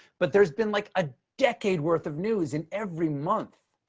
but there's been like a decade worth of news in every month.